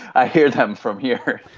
i hear them from here!